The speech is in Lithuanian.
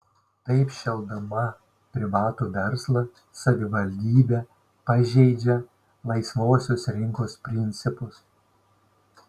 taip šelpdama privatų verslą savivaldybė pažeidžia laisvosios rinkos principus